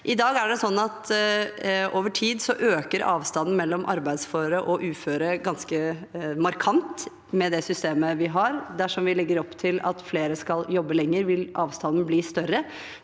tid øker avstanden mellom arbeidsføre og uføre ganske markant med det systemet vi har. Dersom vi legger opp til at flere skal jobbe lenger, vil avstanden bli større.